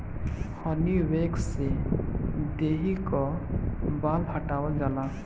हनी wax से देहि कअ बाल हटावल जाला